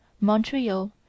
Montreal